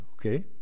okay